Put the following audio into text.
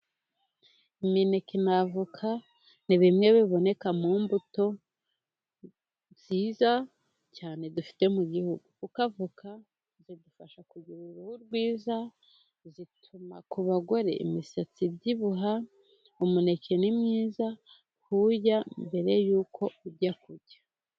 Imineke n'avoka ni bimwe biboneka mu mbuto nziza cyane dufite mu gihugu, kuko avoka zigufasha kugira uruhu rwiza, zituma ku bagore imisatsi byibuha, umuneke ni mwiza ku wurya mbere yuko ujya kurya.